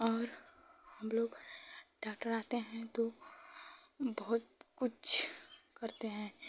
और हमलोग डॉक्टर आते हैं तो बहुत कुछ करते हैं